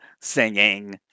singing